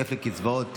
כפל קצבאות),